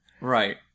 Right